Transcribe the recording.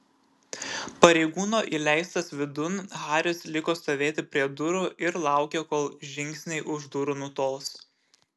pareigūno įleistas vidun haris liko stovėti prie durų ir laukė kol žingsniai už durų nutols